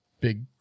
big